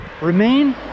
remain